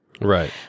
right